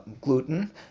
gluten